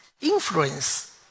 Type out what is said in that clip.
influence